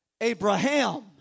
Abraham